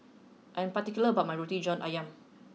I am particular about my Roti John Ayam